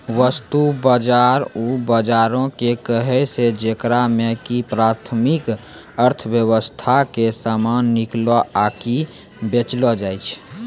वस्तु बजार उ बजारो के कहै छै जेकरा मे कि प्राथमिक अर्थव्यबस्था के समान किनलो आकि बेचलो जाय छै